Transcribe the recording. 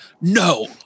no